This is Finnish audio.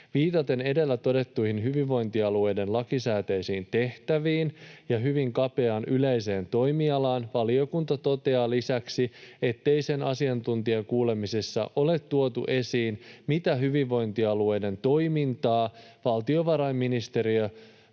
Viitaten edellä todettuihin hyvinvointialueiden lakisääteisiin tehtäviin ja hyvin kapeaan yleiseen toimialaan valiokunta toteaa lisäksi, ettei sen asiantuntijakuulemisessa ole tuotu esiin, mitä hyvinvointialueiden toimintaa valtiovarainministeriön